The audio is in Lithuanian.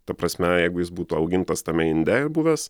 ta prasme jeigu jis būtų augintas tame inde buvęs